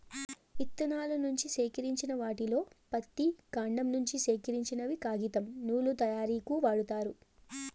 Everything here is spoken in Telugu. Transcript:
ఇత్తనాల నుంచి సేకరించిన వాటిలో పత్తి, కాండం నుంచి సేకరించినవి కాగితం, నూలు తయారీకు వాడతారు